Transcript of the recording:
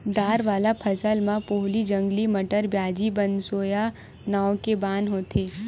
दार वाला फसल म पोहली, जंगली मटर, प्याजी, बनसोया नांव के बन होथे